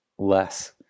less